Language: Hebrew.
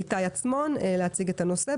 איתי עצמון, להציג את הנושא.